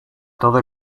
todo